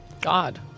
God